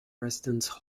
residence